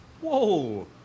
Whoa